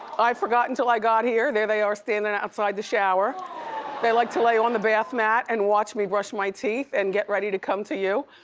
i forgot until i got here. there they are standing outside the shower. they like to lay on the bathmat and watch me brush my teeth and get ready to come to you.